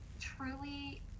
truly